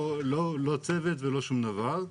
לא צוות ולא שום דבר.